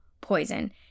poison